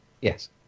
Yes